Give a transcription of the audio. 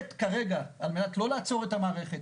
על מנת לא לעצור את המערכת,